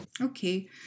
Okay